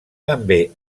també